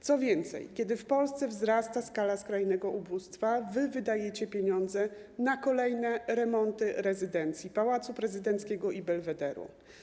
Co więcej, kiedy w Polsce wzrasta skala skrajnego ubóstwa, wy wydajecie pieniądze na kolejne remonty rezydencji: Pałacu Prezydenckiego i Belwederu.